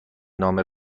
نامه